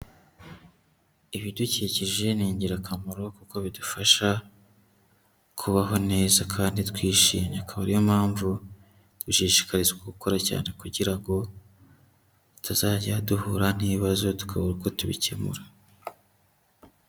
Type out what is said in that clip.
Ibidukikije ni ingirakamaro kuko bidufasha kubaho neza kandi twishimye. Akaba ari yo mpamvu dushishikarizwa gukora cyane kugira ngo tutazajya duhura n'ibibazo tukabura uko tubikemura.